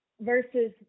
versus